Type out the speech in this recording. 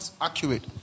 accurate